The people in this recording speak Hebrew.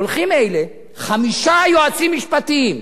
הולכים אלה, חמישה יועצים משפטיים,